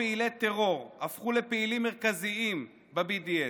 פעילי טרור הפכו לפעילים מרכזיים ב-BDS.